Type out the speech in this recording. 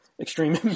Extreme